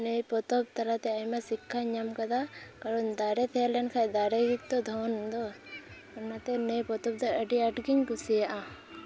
ᱱᱤᱭᱟᱹ ᱯᱚᱛᱚᱵ ᱛᱟᱞᱟᱛᱮ ᱟᱭᱢᱟ ᱥᱤᱠᱠᱷᱟᱧ ᱧᱟᱢ ᱟᱠᱟᱫᱟ ᱠᱟᱨᱚᱱ ᱫᱟᱨᱮ ᱛᱟᱦᱮᱞᱮᱱ ᱠᱷᱟᱱ ᱫᱟᱨᱮ ᱜᱮᱛᱚ ᱫᱷᱚᱱ ᱫᱚ ᱚᱱᱟ ᱛᱮ ᱱᱤᱭᱟ ᱯᱚᱛᱚᱵ ᱫᱚ ᱟᱹᱰᱤ ᱟᱸᱴ ᱜᱮᱧ ᱠᱩᱥᱤᱭᱟᱜᱼᱟ